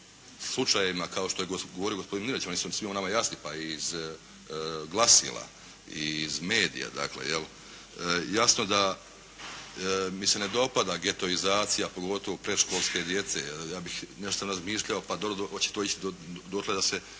slučajevima kao što je govorio gospodin … /Govornik se ne razumije./ … svima nama jasni pa je iz glasila, iz medija dakle jel' jasno da mi se ne dopada getoizacija pogotovo predškolske djece. Ja bih nešto razmišljao, pa dobro hoće to ići dotle da se